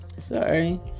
Sorry